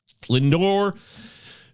Lindor